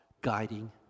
guiding